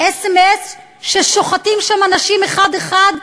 סמ"ס ששוחטים שם אנשים אחד אחד,